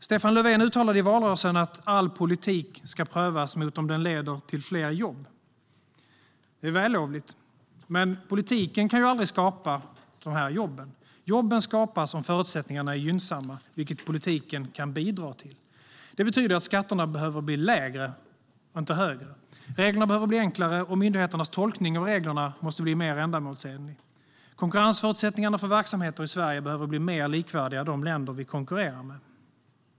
Stefan Löfven uttalade i valrörelsen att all politik ska prövas mot om den leder till fler jobb. Det var vällovligt, men politiken kan aldrig skapa de jobben. Jobben skapas om förutsättningarna är gynnsamma, vilket politiken kan bidra till. Det betyder att skatterna behöver bli lägre, inte högre. Reglerna behöver bli enklare, och myndigheternas tolkning av reglerna måste bli mer ändamålsenlig. Konkurrensförutsättningarna för verksamheter i Sverige behöver bli mer likvärdiga dem i länder vi konkurrerar med.